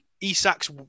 Isak's